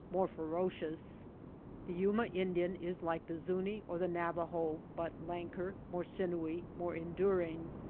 more ferocious the yuma indian is like the zuni or the navajo but lanker, more sinewy, more enduring.